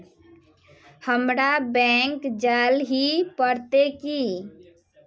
हमरा बैंक जाल ही पड़ते की?